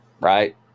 right